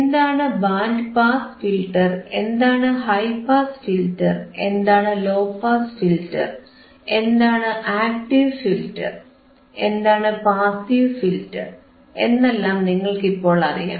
എന്താണ് band pass filter എന്താണ് high pass filter എന്താണ് ലോ പാസ് ഫിൽറ്റർ എന്താണ് ആക്ടീവ് ഫിൽറ്റർ എന്താണ് പാസീവ് ഫിൽറ്റർ എന്നെല്ലാം നിങ്ങൾക്ക് ഇപ്പോൾ അറിയാം